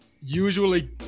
usually